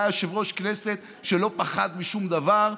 הוא היה יושב-ראש כנסת שלא פחד משום דבר,